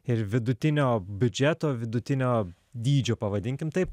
ir vidutinio biudžeto vidutinio dydžio pavadinkim taip